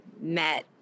met